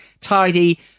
tidy